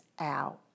out